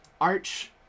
Arch